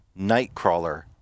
Nightcrawler